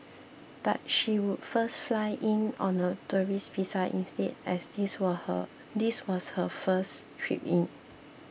but she would first fly in on a tourist visa instead as this were her this was her first trip in